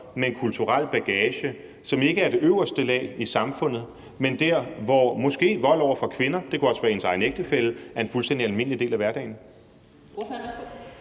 med en kulturel bagage, som ikke hører til det øverste lag i samfundet, men måske dér, hvor vold over for kvinder – det kunne også være ens egen ægtefælle – er en fuldstændig almindelig del af hverdagen?